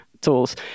tools